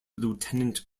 lieutenant